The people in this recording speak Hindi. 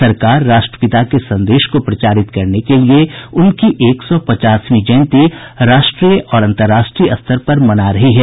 सरकार राष्ट्रपिता के संदेश को प्रचारित करने के लिए उनकी एक सौ पचासवीं जयंती राष्ट्रीय और अंतर्राष्ट्रीय स्तर पर मना रही है